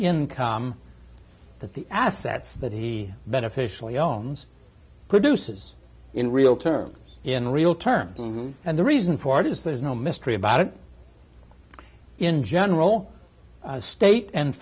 income that the assets that he beneficially ohms produces in real terms in real terms and the reason for it is there's no mystery about it in general state and